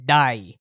die